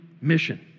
mission